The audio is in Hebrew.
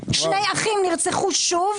שני אחים נרצחו שוב,